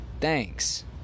thanks